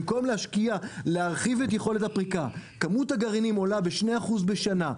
במקום להרחיב את יכולת הפריקה כמות הגרעינים עולה ב-2% בשנה,